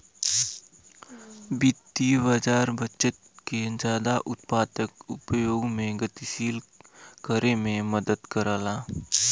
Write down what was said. वित्तीय बाज़ार बचत के जादा उत्पादक उपयोग में गतिशील करे में मदद करला